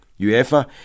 UEFA